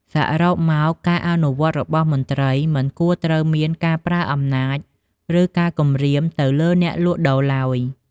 សរុបមក ការអនុវត្តរបស់មន្ត្រី មិនគួរត្រូវមានការប្រើអំណាច ឬ ការគំរាម ទៅលើអ្នកលក់ដូរឡើយ។